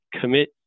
commit